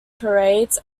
parades